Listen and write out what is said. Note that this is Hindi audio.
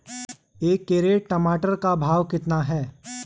एक कैरेट टमाटर का भाव कितना है?